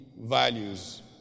values